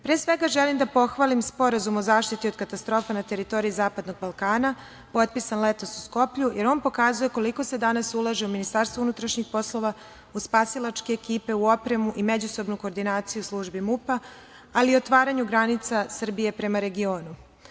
Pre svega, želim da pohvalim Sporazum o zaštiti od katastrofa na teritoriji zapadnog Balkana potpisan letos u Skoplju, jer on pokazuje koliko se danas ulaže Ministarstvo unutrašnjih poslova, u spasilačke ekipe, u opremu i međusobnu koordinaciju službi MUP-a, ali i otvaranje granica Srbije prema regionu.